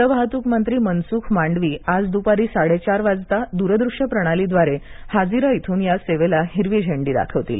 जलवाहतूक मंत्री मनसुख मांडवी आज दुपारी साडेचार वाजता दूरदृश्य प्रणालीद्वारे हाजिरा इथून या सेवेला हिरवी झेंडी दाखवतील